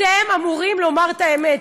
אתם אמורים לומר את האמת.